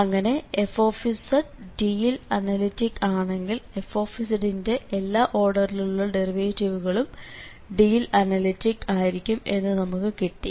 അങ്ങനെ f D യിൽ analytic ആണെങ്കിൽ f ന്റെ എല്ലാ ഓർഡറിലുള്ള ഡെറിവേറ്റിവുകളും D യിൽ അനലിറ്റിക്ക് ആയിരിക്കും എന്ന് നമുക്ക് കിട്ടി